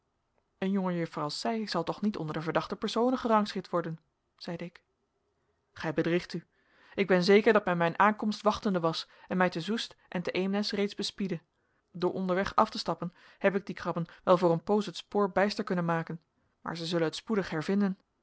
een jonge juffer als zij zal toch niet onder de verdachte personen gerangschikt worden zeide ik gij bedriegt u ik ben zeker dat men mijn aankomst wachtende was en mij te soest en te eemnes reeds bespiedde door onderweg af te stappen heb ik die krabben wel voor een poos het spoor bijster kunnen maken maar zij zullen het spoedig hervinden